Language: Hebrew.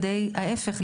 ההיפך,